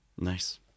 nice